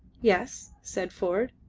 yes, said ford.